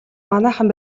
манайхан